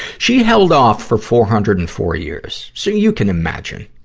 she held off for four hundred and four years, so you can imagine.